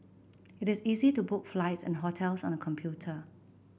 it is easy to book flights and hotels on the computer